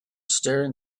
staring